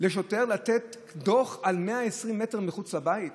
לשוטר לתת דוח על 120 מטר מחוץ לבית?